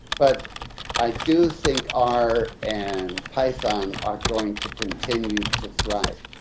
but i do think r and python are going to continue to thrive.